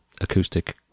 acoustic